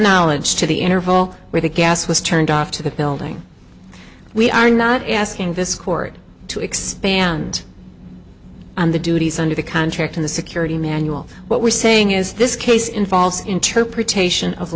knowledge to the interval where the gas was turned off to the building we are not asking this court to expand on the duties under the contract in the security manual what we're saying is this case involves interpretation of